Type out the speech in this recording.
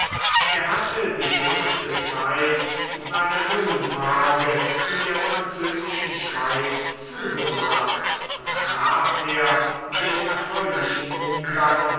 er hatte die schönste zeit seiner jungen tage in der französischen schweiz zugebracht und nachher den erfreulichen umgang